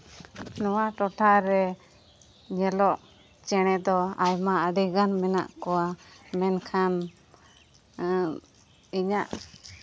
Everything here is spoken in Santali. ᱱᱚᱣᱟ ᱴᱚᱴᱷᱟ ᱨᱮ ᱧᱮᱞᱚᱜ ᱪᱮᱬᱮ ᱫᱚ ᱟᱭᱢᱟ ᱟᱹᱰᱤᱜᱟᱱ ᱢᱮᱱᱟᱜ ᱠᱚᱣᱟ ᱢᱮᱱᱠᱷᱟᱱ ᱤᱧᱟᱹᱜ